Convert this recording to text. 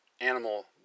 animal